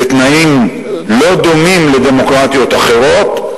בתנאים לא דומים לדמוקרטיות אחרות,